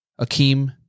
Akeem